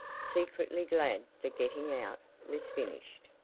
secretly glad the getting out was finished,